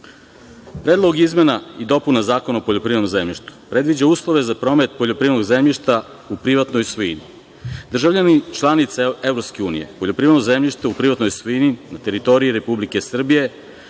Srbiju. Predlog izmena i dopuna Zakona o poljoprivrednom zemljištu predviđa uslove za promet poljoprivrednog zemljišta u privatnoj svojini. Državljanin članice EU poljoprivredno zemljište u privatnoj svojini na teritoriji Republike Srbije